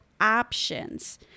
options